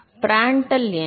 Prandtl எண்